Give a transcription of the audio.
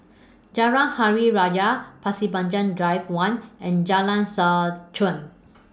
Jalan Hari Raya Pasir Panjang Drive one and Jalan Seh Chuan